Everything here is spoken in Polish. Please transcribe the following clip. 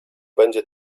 będzie